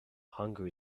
hunger